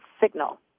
signal